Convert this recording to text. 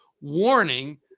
warning